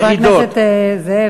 חבר הכנסת זאב,